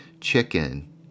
chicken